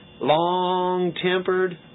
Long-tempered